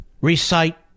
recite